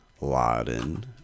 laden